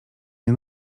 nie